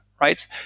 Right